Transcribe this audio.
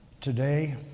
Today